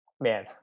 Man